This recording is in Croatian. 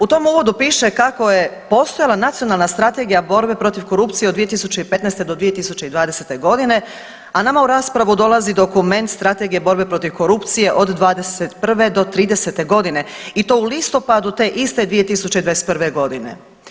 U tom uvodu piše kako je postojala Nacionalna strategija borbe protiv korupcije od 2015. do 2020. godine, a nama u raspravu dolazi dokument Strategije borbe protiv korupcije od 21. do 30. godine i to u listopadu te iste 2021. godine.